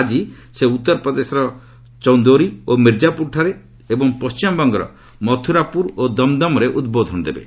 ଆଜି ସେ ଉତ୍ତର ପ୍ରଦେଶର ଚନ୍ଦୌରୀ ଓ ମିର୍ଜାପୁରରେ ଏବଂ ପଣ୍ଟିମଙ୍ଗର ମଥୁରାପୁର ଓ ଦମ୍ଦମ୍ରେ ଉଦ୍ବୋଧନ ଦେବେ